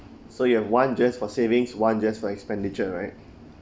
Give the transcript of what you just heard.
so you have one just for savings one just for expenditure right